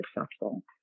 successful